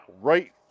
Right